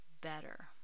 better